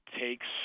takes